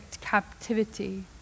captivity